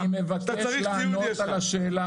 אני מבקש לענות על השאלה.